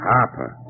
Harper